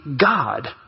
God